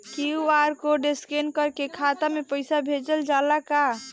QR code scan करके खाता में पैसा भेजल जाला का?